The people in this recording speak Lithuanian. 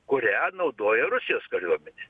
kurią naudoja rusijos kariuomenė